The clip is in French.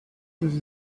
des